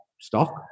stock